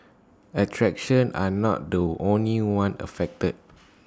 attractions are not the only ones affected